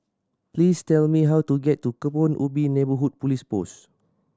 please tell me how to get to Kebun Ubi Neighbourhood Police Post